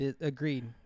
agreed